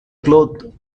clothes